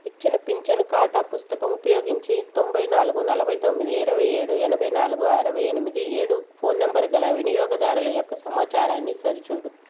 ఇచ్చిన పింఛను ఖాతా పుస్తకం ఉపయోగించి తొంభై నాలుగు నలభై తొమ్మిది ఇరవై ఏడు ఎనభై నాలుగు అరవై ఎనిమిది ఏడు ఫోన్ నంబరు గల వినియోగదారుల యొక్క సమాచారాన్ని సరిచూడు